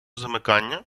замикання